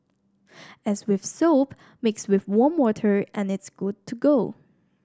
as with soap mix with warm water and it's good to go